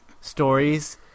stories